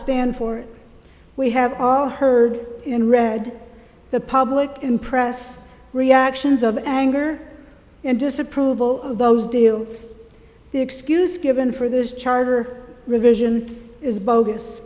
stand for we have all heard and read the public impress reactions of anger and disapproval of those deals the excuse given for this charter revision is bogus